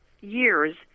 years